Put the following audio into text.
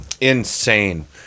insane